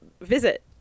visit